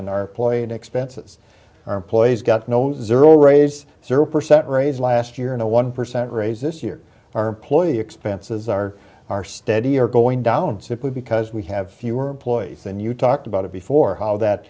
in our ploy and expenses our employees got no zero raise zero percent raise last year in a one percent raise this year our employee expenses are our steady are going down simply because we have fewer employees than you talked about before how that